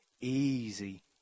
easy